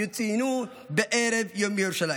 יצוינו בערב יום ירושלים.